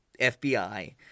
FBI